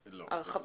הרחבה?